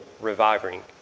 reviving